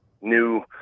new